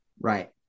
Right